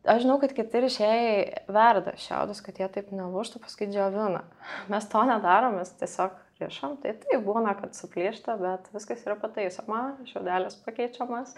aš žinau kad kiti rišėjai verda šiaudus kad jie taip nelūžtų paskui džiovina mes to nedarom mes tiesiog rišam tai taip būna kad suplyšta bet viskas yra pataisoma šiaudelis pakeičiamas